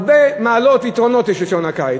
הרבה מעלות ויתרונות יש לשעון הקיץ.